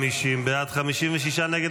בעד, 56 נגד.